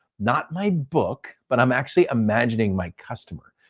not my book, but i'm actually imagining my customer.